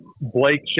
Blake